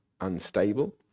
unstable